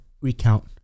recount